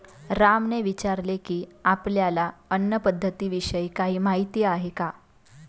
रामने विचारले की, आपल्याला अन्न पद्धतीविषयी काही माहित आहे का?